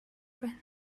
байна